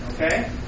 Okay